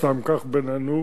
סתם כך בינינו,